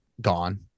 gone